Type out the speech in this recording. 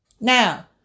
Now